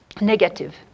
negative